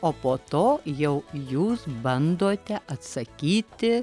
o po to jau jūs bandote atsakyti